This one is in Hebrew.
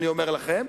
אני אומר לכם,